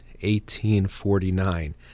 1849